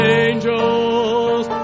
angels